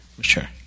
sure